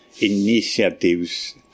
initiatives